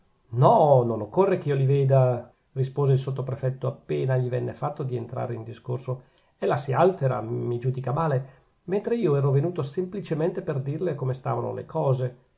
no non occorre che io li veda rispose il sottoprefetto appena gli venne fatto di entrare in discorso ella si altera mi giudica male mentre io era venuto semplicemente per dirle come stavano le cose